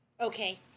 Okay